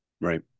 right